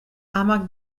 amak